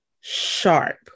sharp